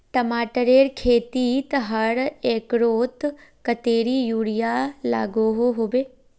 टमाटरेर खेतीत हर एकड़ोत कतेरी यूरिया लागोहो होबे?